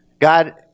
God